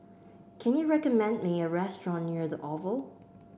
can you recommend me a restaurant near the Oval